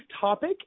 topic